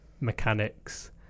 mechanics